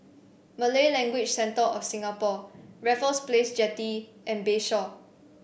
Malay Language Centre of Singapore Raffles Place Jetty and Bayshore